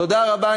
תודה רבה.